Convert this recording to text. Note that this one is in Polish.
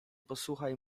posłuchaj